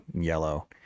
yellow